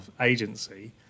agency